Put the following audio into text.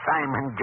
Simon